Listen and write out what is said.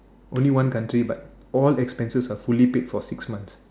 only one country but all expenses are free paid for six months